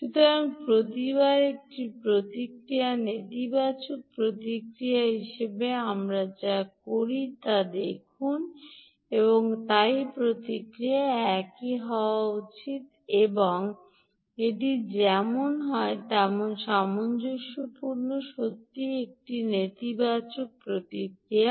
সুতরাং প্রতিবার একটি প্রতিক্রিয়া নেতিবাচক প্রতিক্রিয়া হিসাবে আমরা যা করি তা দেখুন এবং তাই এখানে একই হওয়া উচিত এটি যেমন হয় তেমন সামঞ্জস্যপূর্ণ সত্যিই একটি নেতিবাচক প্রতিক্রিয়া